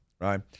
right